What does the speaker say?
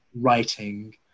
writing